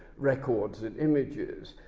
records and images,